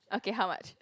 okay how much